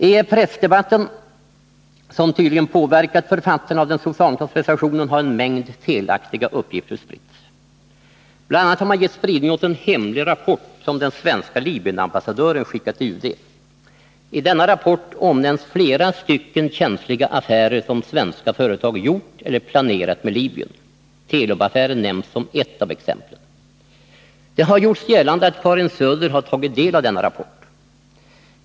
I pressdebatten, som tydligen påverkat författarna av den socialdemokratiska reservationen, har en mängd felaktiga uppgifter spritts. Bl. a. har man gett spridning åt en hemlig rapport som den svenska Libyenambassadören skickat till UD. I denna rapport omnämns flera känsliga affärer som svenska företag gjort eller planerat med Libyen. Telub-affären nämns som ett av exemplen. Det har gjorts gällande att Karin Söder har tagit del av denna rapport.